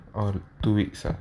or two weeks ah